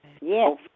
Yes